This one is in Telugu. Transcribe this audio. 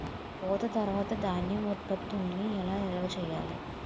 కోత తర్వాత ధాన్యం ఉత్పత్తులను ఎలా నిల్వ చేయాలి?